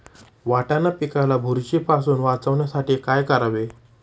वाटाणा पिकाला बुरशीपासून वाचवण्यासाठी काय करावे?